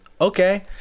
okay